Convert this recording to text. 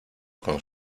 con